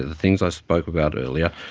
things i spoke about earlier,